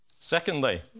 Secondly